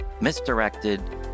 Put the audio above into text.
misdirected